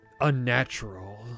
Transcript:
unnatural